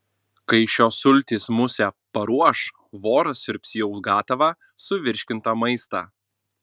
kai šios sultys musę paruoš voras siurbs jau gatavą suvirškintą maistą